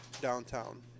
downtown